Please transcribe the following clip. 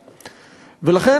ולכן,